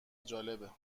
جالبه